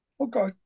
okay